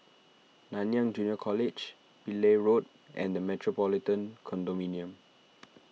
Nanyang Junior College Pillai Road and the Metropolitan Condominium